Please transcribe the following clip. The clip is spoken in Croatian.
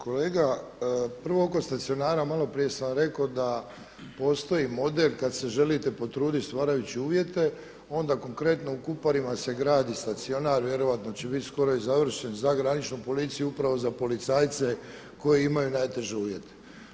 Kolega, prvo oko stacionara malo prije sam rekao da postoji model kad se želite potruditi stvarajući uvjete, onda konkretno u Kuparima se gradi stacionar, vjerojatno će biti skoro i završne, za graničnu policiju, upravo za policajce koji imaju najteže uvjete.